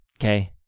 Okay